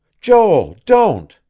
joel. don't.